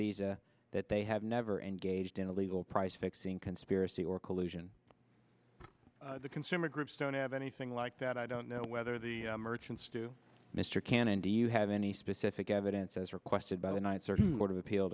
visa that they have never engaged in illegal price fixing conspiracy or collusion the consumer groups don't have anything like that i don't know whether the merchants do mr cannon do you have any specific evidence as requested by the night board of appeal